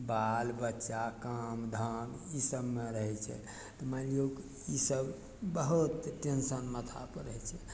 बाल बच्चा काम धाम ईसबमे रहय छै तऽ मानि लियौ ईसब बहुत टेंशन माथापर रहय छै